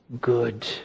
good